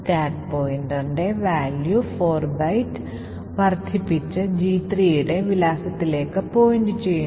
stack പോയിന്റർന്റെ value 4byte വർദ്ധിപ്പിച്ച് G3ന്റെ വിലാസത്തിലേക്ക് പോയിന്റ് ചെയ്യുന്നു